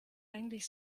eigentlich